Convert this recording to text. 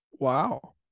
Wow